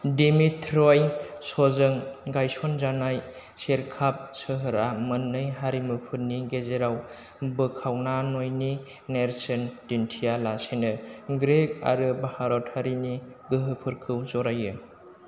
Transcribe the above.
डेमेट्रयस'जों गायस'नजानाय सिरकाप सोहोरा मोन्नै हारिमुफोरनि गेजेराव बोखावनानयनि नेरसोन दिन्थिया लासेनो ग्रीक आरो भारतारिनि गोहोफोरखौ जरायो